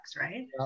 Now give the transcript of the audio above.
right